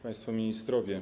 Państwo Ministrowie!